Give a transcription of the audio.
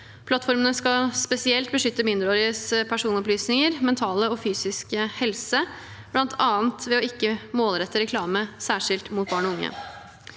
Plattformene skal spesielt beskytte mindreåriges personopplysninger og mentale og fysiske helse, bl.a. ved ikke å målrette reklame særskilt mot barn og unge.